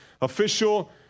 official